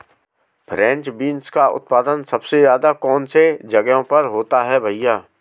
French beans का उत्पादन सबसे ज़्यादा कौन से जगहों पर होता है भैया?